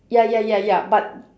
ya ya ya ya but